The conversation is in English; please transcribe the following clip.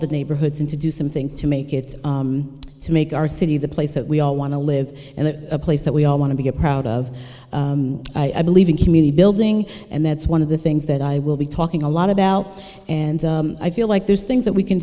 the neighborhoods and to do some things to make it to make our city the place that we all want to live and that a place that we all want to be proud of i believe in community building and that's one of the things that i will be talking a lot about and i feel like there's things that we can